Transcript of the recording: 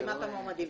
המועמדים,